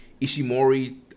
Ishimori